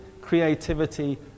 creativity